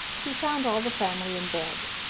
he found all the family in bed.